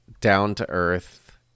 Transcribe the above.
down-to-earth